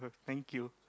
thank you